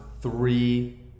three